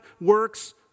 works